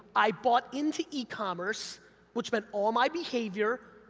i bought into e-commerce, which meant all my behavior,